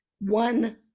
one